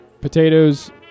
Potatoes